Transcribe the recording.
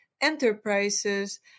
enterprises